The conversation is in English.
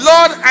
Lord